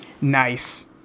Nice